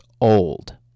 old